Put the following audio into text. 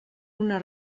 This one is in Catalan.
una